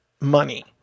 money